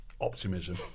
optimism